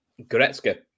Goretzka